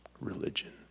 religion